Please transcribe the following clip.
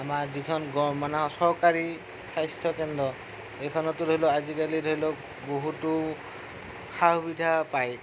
আমাৰ যিখন ঘৰ মানে চৰকাৰী স্বাস্থ্যকেন্দ্ৰ সেইখনতো ধৰি লওক আজিকালি ধৰি লওক বহুতো সা সুবিধা পায়